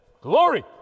glory